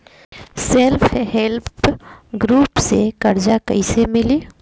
Self help group से कर्जा कईसे मिली?